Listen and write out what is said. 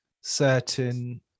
certain